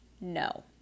No